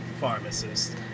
pharmacist